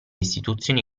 istituzioni